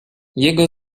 jego